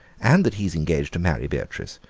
and that he's engaged to marry beatrice,